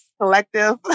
Collective